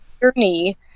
journey